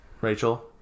Rachel